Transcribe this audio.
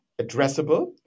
addressable